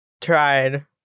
tried